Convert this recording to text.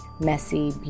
messy